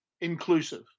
inclusive